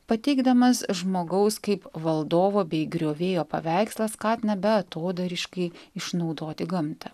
pateikdamas žmogaus kaip valdovo bei griovėjo paveikslą skatina beatodairiškai išnaudoti gamtą